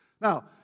Now